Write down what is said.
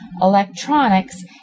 electronics